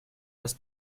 das